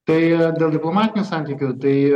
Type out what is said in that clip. tai dėl diplomatinių santykių tai